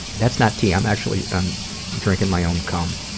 that's not tea. i'm actually drinking my own cum.